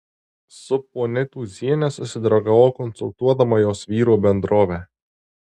su ponia tūziene susidraugavau konsultuodama jos vyro bendrovę